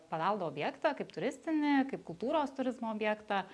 paveldo objektą kaip turistinį kaip kultūros turizmo objektą